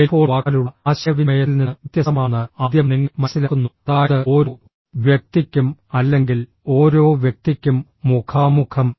telephone വാക്കാലുള്ള ആശയവിനിമയത്തിൽ നിന്ന് വ്യത്യസ്തമാണെന്ന് ആദ്യം നിങ്ങൾ മനസ്സിലാക്കുന്നു അതായത് ഓരോ വ്യക്തിക്കും അല്ലെങ്കിൽ ഓരോ വ്യക്തിക്കും മുഖാമുഖം